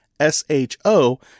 S-H-O